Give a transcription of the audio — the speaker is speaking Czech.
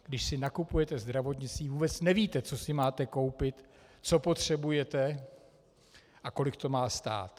Když si nakupujete zdravotnictví, vůbec nevíte, co si máte koupit, co potřebujete a kolik to má stát.